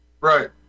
right